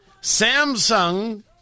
Samsung